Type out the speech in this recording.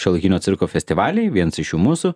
šiuolaikinio cirko festivaliai viens iš jų mūsų